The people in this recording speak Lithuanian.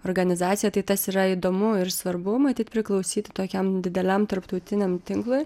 organizacija tai tas yra įdomu ir svarbu matyt priklausyti tokiam dideliam tarptautiniam tinklui